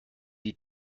die